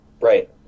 Right